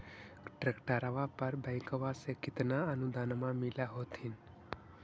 ट्रैक्टरबा पर बैंकबा से कितना अनुदन्मा मिल होत्थिन?